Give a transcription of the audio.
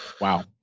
Wow